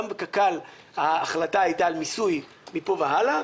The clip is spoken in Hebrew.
גם בקק"ל ההחלטה הייתה על מיסוי מפה והלאה,